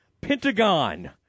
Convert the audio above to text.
Pentagon